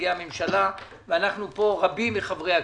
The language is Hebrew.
נציגי הממשלה, ואנחנו פה רבים מחברי הכנסת,